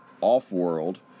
off-world